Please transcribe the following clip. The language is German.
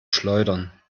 schleudern